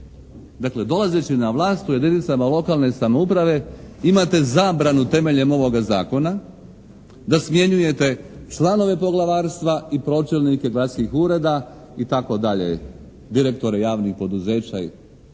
Dakle dolazeći na vlast u jedinicama lokalne samouprave imate zabranu temeljem ovoga zakona da smjenjujete članove poglavarstva i pročelnike gradskih ureda itd., direktore javnih poduzeća.